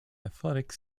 athletic